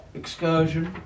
excursion